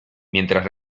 mientras